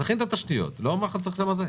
תכין את התשתיות, לא אומר שצריך למזג.